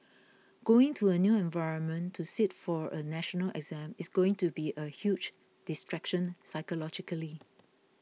going to a new environment to sit for a national exam is going to be a huge distraction psychologically